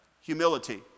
Humility